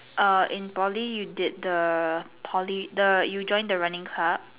err in Poly you did the Poly you join the running club